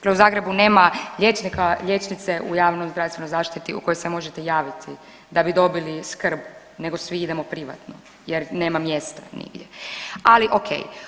Prvo u Zagrebu nema liječnika, liječnice u javnozdravstvenoj zaštiti u koju se možete javiti da bi dobili skrb nego svi imamo privatno jer nema mjesta nigdje, ali ok.